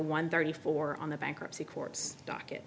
one thirty four on the bankruptcy court dock